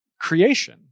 creation